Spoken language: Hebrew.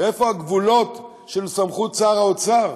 ואיפה הגבולות של סמכות שר האוצר?